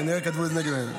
כנראה כתבו את זה נגד עין הרע.